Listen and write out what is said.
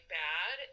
bad